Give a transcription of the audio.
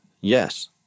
Yes